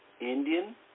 Indian